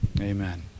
Amen